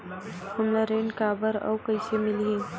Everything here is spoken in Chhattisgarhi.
हमला ऋण काबर अउ कइसे मिलही?